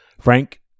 Frank